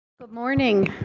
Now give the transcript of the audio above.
good morning.